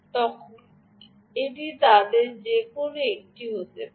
সুতরাং এটি তাদের যে কোনও একটি হতে পারে